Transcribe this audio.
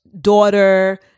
daughter